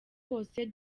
bose